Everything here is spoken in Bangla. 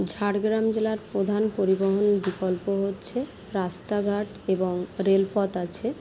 ঝাড়গ্রাম জেলার প্রধান পরিবহন বিকল্প হচ্ছে রাস্তাঘাট এবং রেলপথ আছে